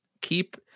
keep